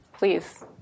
Please